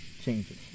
changes